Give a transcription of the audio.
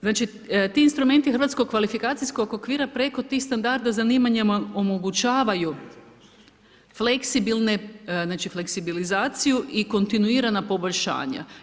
Znači ti instrumenti hrvatskog kvalifikacijskog okvira, preko tih standarda zanimanjima omogućavaju fleksibilne, znači fleksibilizaciju i kontinuirana poboljšanja.